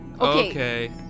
Okay